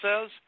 says